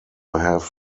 have